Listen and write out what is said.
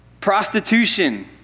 Prostitution